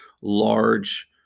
large